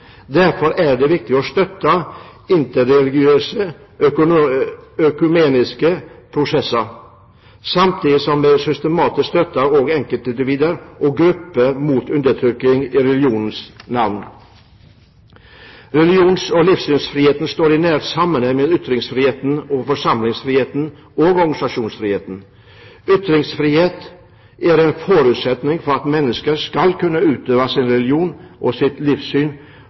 Derfor er det viktig å støtte interreligiøse økumeniske prosesser, samtidig som vi systematisk også støtter enkeltindivider og grupper mot undertrykking i religionens navn. Religions- og livssynsfriheten står i nær sammenheng med ytringsfriheten, forsamlingsfriheten og organisasjonsfriheten. Ytringsfrihet er en forutsetning for at mennesker skal kunne utøve sin religion og sitt livssyn.